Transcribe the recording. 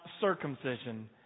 circumcision